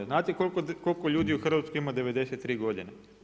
Znate koliko ljudi u Hrvatskoj ima 93 godine?